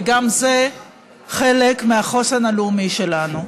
וגם זה חלק מהחוסן הלאומי שלנו.